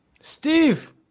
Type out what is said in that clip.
Steve